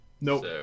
nope